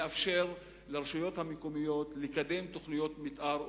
לאפשר לרשויות המקומיות לקדם תוכניות מיתאר,